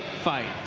fight,